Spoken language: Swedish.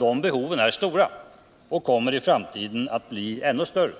De behoven är stora och kommer i framtiden att bli ännu större.